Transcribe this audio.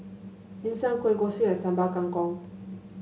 Dim Sum Kueh Kosui and Sambal Kangkong